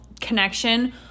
connection